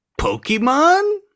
Pokemon